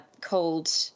called